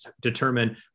determine